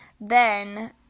Then